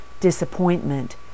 disappointment